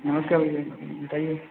नमस्कार भैया बताइए